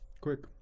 quick